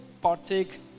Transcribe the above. partake